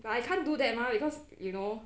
but I can't do that mah because you know